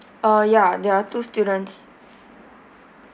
uh ya there are two students